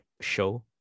show